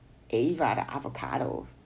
A for avocado